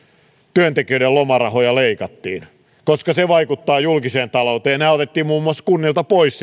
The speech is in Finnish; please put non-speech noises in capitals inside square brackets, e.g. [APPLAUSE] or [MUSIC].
työtekijöiden lomarahoja leikattiin koska se vaikuttaa julkiseen talouteen ja nämä lomarahaleikkaukset otettiin sitten muun muassa kunnilta pois [UNINTELLIGIBLE]